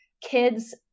Kids